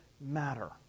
matter